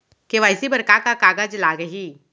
KYC बर का का कागज लागही?